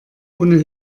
ohne